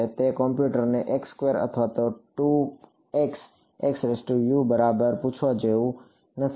તે કમ્પ્યૂટરને અથવા બરાબર પૂછવા જેવું નથી